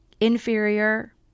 inferior